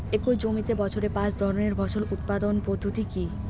একই জমিতে বছরে পাঁচ ধরনের ফসল উৎপাদন পদ্ধতি কী?